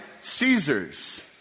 Caesar's